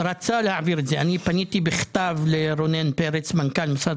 אני פניתי בכתב לרונן פרץ מנכ"ל משרד